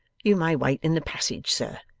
you may wait in the passage, sir,